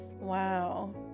wow